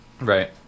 Right